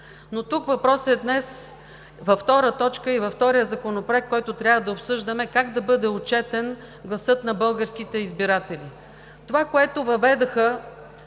Но въпросът тук днес във втора точка и във втория Законопроект, който трябва да обсъждаме, е как да бъде отчетен гласът на българските избиратели? Това, което въведоха